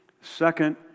Second